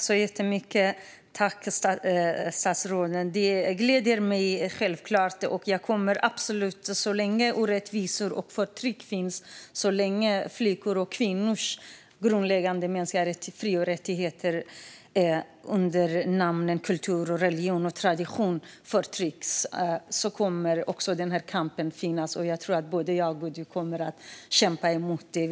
Fru talman! Detta gläder mig självklart. Så länge orättvisor och förtryck finns och så länge flickors och kvinnors grundläggande mänskliga fri och rättigheter förtrycks i kulturens, religionens och traditionens namn kommer denna kamp att fortsätta. Jag tror att både jag och du, Mikael Damberg, kommer att kämpa emot detta.